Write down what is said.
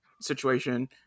situation